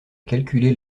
calculer